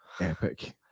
epic